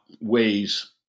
ways